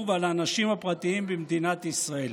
ועל האנשים הפרטיים במדינת ישראל.